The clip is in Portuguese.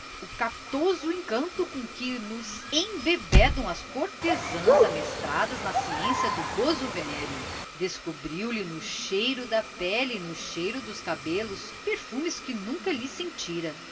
o capitoso encanto com que nos embebedam as cortesãs amestradas na ciência do gozo venéreo descobriu-lhe no cheiro da pele e no cheiro dos cabelos perfumes que nunca lhe sentira